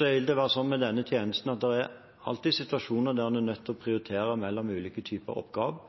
Med denne tjenesten vil det alltid være situasjoner der man er nødt til å prioritere mellom ulike typer